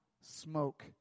smoke